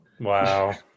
Wow